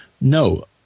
No